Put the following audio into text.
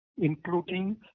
including